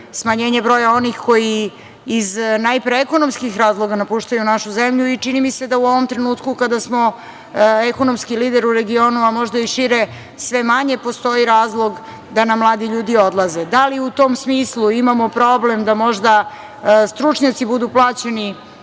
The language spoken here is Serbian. smanjenje broja onih koji iz, najpre ekonomskih razloga napuštaju našu zemlju i čini mi se da u ovom trenutku kada smo ekonomski lider u regionu, a možda i šire sve manje postoji razlog da nam mladi ljudi odlaze. Da li u tom smislu imamo problem da možda stručnjaci budu plaćeni